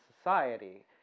society